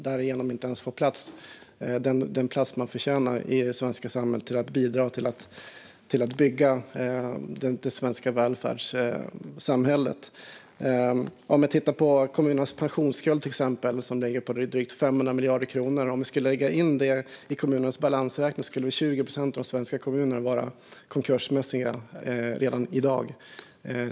De får inte ens den plats som man förtjänar i det svenska samhället genom att man bidrar till och bygger det svenska välfärdssamhället. Man kan exempelvis titta på kommunernas pensionsskuld. Den ligger på drygt 500 miljarder kronor. Om man skulle lägga in det i kommunernas balansräkning skulle 20 procent av Sveriges kommuner vara konkursmässiga redan i dag.